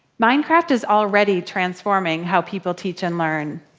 minecraft is already transforming how people teach and learn.